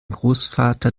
großvater